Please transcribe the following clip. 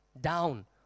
down